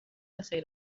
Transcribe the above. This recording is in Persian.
خیر